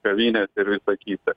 kavinėse ir visa kita